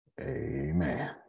Amen